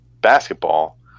basketball